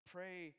Pray